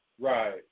Right